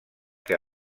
que